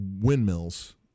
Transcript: windmills